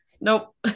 nope